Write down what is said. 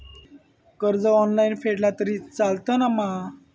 कर्ज ऑनलाइन फेडला तरी चलता मा?